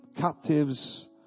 captives